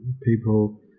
people